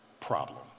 problem